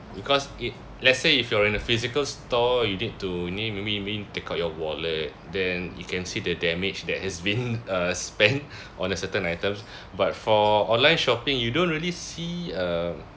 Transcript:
because if let's say if you are in a physical store you need to you need may~ maybe you need take out your wallet then you can see the damage that has been uh spent on a certain items but for online shopping you don't really see uh